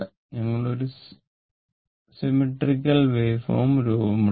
ഞങ്ങൾ ഒരു symmetrical waveform രൂപമെടുത്തു